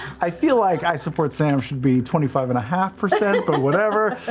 i feel like isupportsam should be twenty five and a half percent, but whatever.